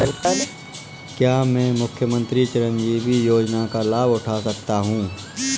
क्या मैं मुख्यमंत्री चिरंजीवी योजना का लाभ उठा सकता हूं?